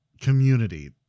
community